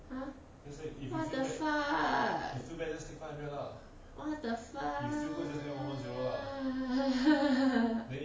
!huh! what the fuck what the fuck